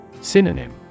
Synonym